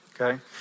Okay